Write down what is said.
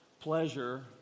pleasure